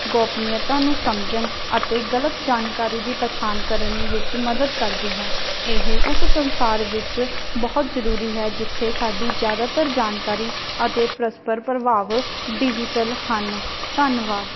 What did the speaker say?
ਗੋਪਨੀਅਤਾ ਨੂੰ ਸਮਝਣ ਅਤੇ ਗਲਤ ਜਾਣਕਾਰੀ ਦੀ ਪਛਾਣ ਕਰਨ ਵਿੱਚ ਮਦਦ ਕਰਦੀ ਹੈ ਇਹ ਉਸ ਸੰਸਾਰ ਵਿੱਚ ਬਹੁਤ ਜ਼ਰੂਰੀ ਹੈ ਜਿੱਥੇ ਸਾਡੀ ਜ਼ਿਆਦਾਤਰ ਜਾਣਕਾਰੀ ਅਤੇ ਪਰਸਪਰ ਪ੍ਰਭਾਵ ਡਿਜ਼ੀਟਲ ਹਨ ਧੰਨਵਾਦ